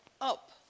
up